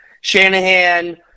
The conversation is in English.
Shanahan –